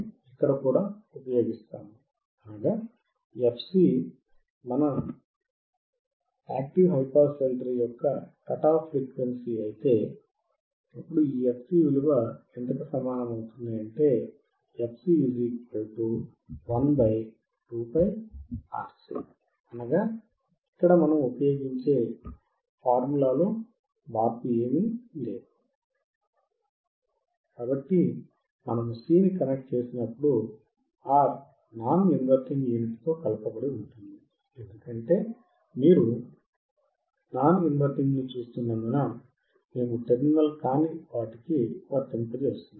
ఇక్కడ మళ్ళీ అదే ఫార్ములా fc 1 2πRC కాబట్టి మనము C ని కనెక్ట్ చేసినప్పుడు R నాన్ ఇన్వర్టింగ్ యూనిట్తో కలపబడి ఉంటుంది ఎందుకంటే మీరు నాన్ ఇన్వర్టింగ్ను చూస్తున్నందున మేము టెర్మినల్ కాని వాటికి వర్తింపజేస్తున్నాము